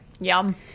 Yum